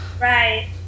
right